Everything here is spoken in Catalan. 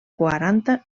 quaranta